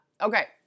Okay